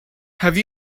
have